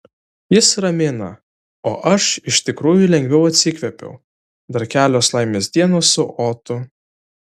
jis ramina o aš iš tikrųjų lengviau atsikvėpiau dar kelios laimės dienos su otu